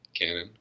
Canon